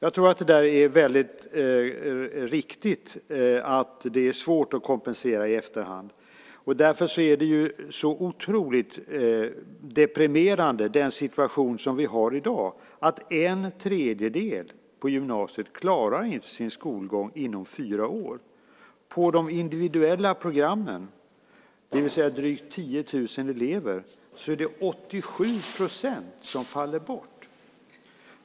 Det är riktigt att det är svårt att kompensera i efterhand. Därför är situationen i dag så otroligt deprimerande, nämligen att en tredjedel på gymnasiet inte klarar sin skolgång inom fyra år. På de individuella programmen, det vill säga bland drygt 10 000 elever, är det 87 % som faller bort.